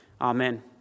amen